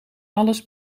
alles